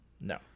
No